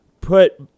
put